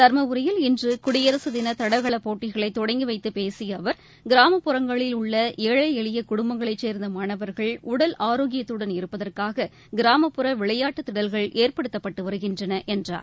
தர்மபுரியில் இன்று குடியரசுதின தடகள போட்டிகளை தொடங்கிவைத்து பேசிய அவர் கிராமப்புறங்களில் உள்ள ஏழை எளிய குடும்பங்களை சேர்ந்த மாணவர்கள் உடல் ஆரோக்கியத்துடன் இருப்பதற்காக கிராமப்புற விளையாட்டுத்திடல்கள் ஏற்படுத்தப்பட்டு வருகின்றன என்றார்